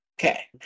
Okay